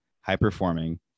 high-performing